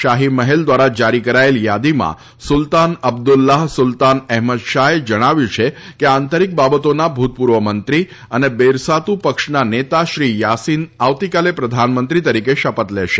શાહિ મહેલ દ્વારા જારી કરાયેલી યાદીમાં સુલતાન અબ્દલ્લાહ સુલતાન એહમદ શાહે જણાવ્યું છે કે આંતરીક બાબતોના ભૂતપૂર્વ મંત્રી અને બેરસાતુ પક્ષના નેતા શ્રી યાસિન આવતીકાલે પ્રધાનમંત્રી તરીકે શપથ લેશે